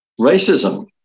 racism